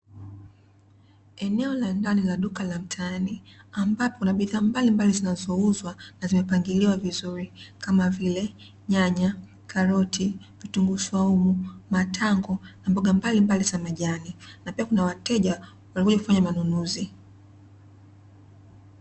Eneo la ndani la duka la mtaani ambapo kuna bidhaa mbalimbali zizouzwa na zimepangiliwa vizuri kama vile nyanya, karoti, vitunguu swaumu, matango, mboga mbalimbali za majani na pia kuna wateja wamekuja kufanya manunuzi.